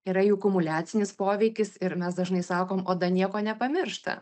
yra jų kumuliacinis poveikis ir mes dažnai sakom oda nieko nepamiršta